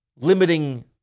limiting